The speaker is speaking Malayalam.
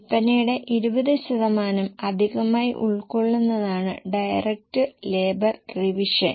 വിൽപനയുടെ 20 ശതമാനം അധികമായി ഉൾക്കൊള്ളുന്നതാണ് ഡയറക്ട് ലേബർ റിവിഷൻ